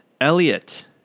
Elliot